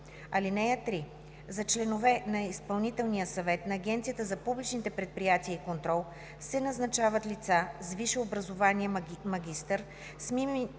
(3) За членове на изпълнителния съвет на Агенцията за публичните предприятия и контрол се назначават лица с висше образование – магистър, с минимум